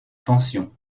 pension